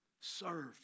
Serve